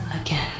again